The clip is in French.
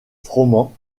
froment